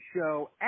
show